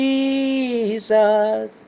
Jesus